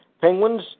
Penguins